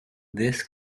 this